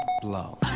blow